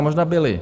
Možná byly.